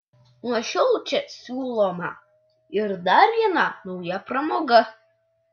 nuo šiol čia siūloma ir dar viena nauja pramoga